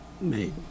made